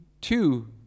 two